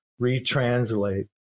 retranslate